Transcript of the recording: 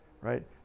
Right